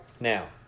Now